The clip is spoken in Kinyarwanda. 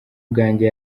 bwanjye